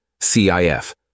CIF